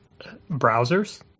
browsers